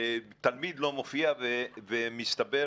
תלמיד לא מופיע ומסתבר,